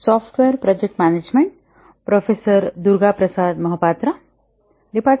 शुभ दुपार